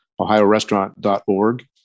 ohiorestaurant.org